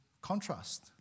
contrast